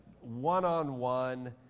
one-on-one